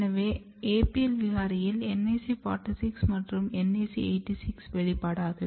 எனவே APL விகாரியில் NAC 45 மற்றும் NAC 86 வெளிப்படாது